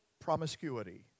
promiscuity